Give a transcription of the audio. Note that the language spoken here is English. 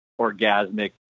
orgasmic